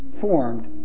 formed